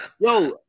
Yo